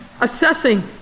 assessing